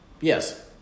Yes